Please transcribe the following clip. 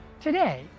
Today